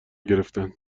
گرفتن